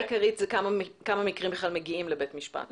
הבעיה העיקרית היא כמה מקרים בכלל מגיעים לבית משפט,